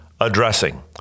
addressing